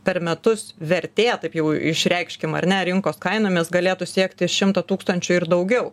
per metus vertė taip jau išreikškim ar ne rinkos kainomis galėtų siekti šimtą tūkstančių ir daugiau